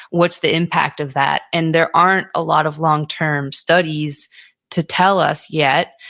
what's the impact of that? and there aren't a lot of long-term studies to tell us yet.